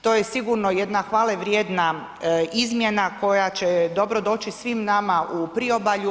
To je sigurno jedna hvale vrijedna izmjena koja će dobro doći svim nama u priobalju.